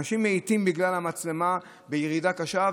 אנשים מאיטים בגלל המצלמה בירידה קשה,